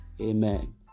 amen